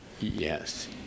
yes